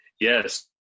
Yes